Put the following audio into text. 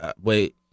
wait